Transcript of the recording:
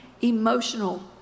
emotional